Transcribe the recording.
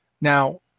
Now